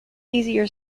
easier